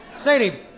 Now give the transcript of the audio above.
Sadie